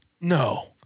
No